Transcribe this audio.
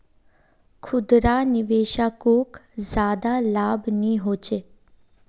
खुदरा निवेशाकोक ज्यादा लाभ नि होचे